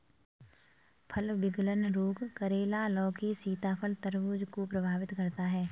फल विगलन रोग करेला, लौकी, सीताफल, तरबूज को प्रभावित करता है